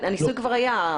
הניסוי כבר היה,